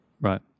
Right